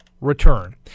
return